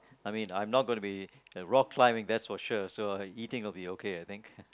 I mean I'm not gonna be rock climbing that's for sure so eating will be okay I think